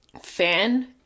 fan